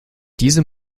diesem